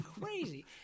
crazy